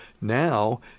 now